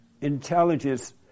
intelligence